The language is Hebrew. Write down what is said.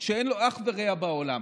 שאין לו אח ורע בעולם.